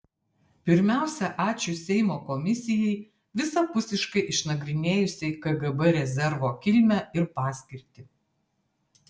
pirmiausia ačiū seimo komisijai visapusiškai išnagrinėjusiai kgb rezervo kilmę ir paskirtį